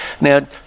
Now